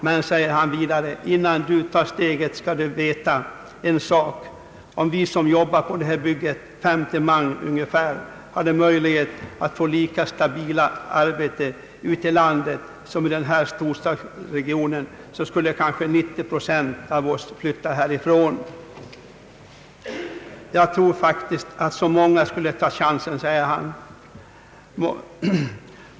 Men innan du tar steget skall du veta en sak: Om vi som jobbar på det här bygget, 50 man ungefär, hade möjlighet att få lika stabila arbetsförhållanden på mindre orter ute i landet som i den här storstadsregionen så skulle kanske 90 procent av oss flytta härifrån. Ja, jag tror faktiskt att så många skulle ta chansen.